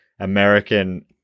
American